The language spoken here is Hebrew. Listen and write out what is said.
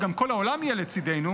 וגם כל העולם יהיה לצידנו,